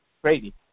Crazy